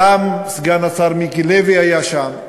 גם סגן השר מיקי לוי היה שם,